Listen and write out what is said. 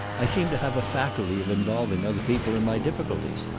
i seem to have a faculty of involving other people in my difficulties.